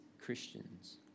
Christians